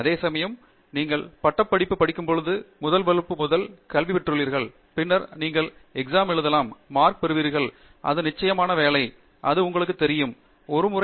அதேசமயம் நீங்கள் நிச்சயமாக வேலை செய்யும் போது முதல் வகுப்பு அல்லது நீங்கள் முதல் வகுப்பு முதல் வேலை செய்து கொண்டிருக்கிறீர்கள் நீங்கள் வகுப்புகள் செய்கிறீர்கள் நீங்கள் பரீட்சை எழுதலாம் நீங்கள் மதிப்பெண்கள் பெறுவீர்கள் அது உங்களுக்கு தெரியும் ஒரு முறை